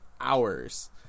hours